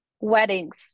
weddings